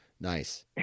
nice